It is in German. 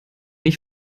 ich